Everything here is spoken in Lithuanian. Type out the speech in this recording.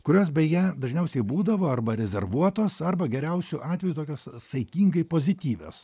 kurios beje dažniausiai būdavo arba rezervuotos arba geriausiu atveju tokios saikingai pozityvios